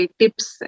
tips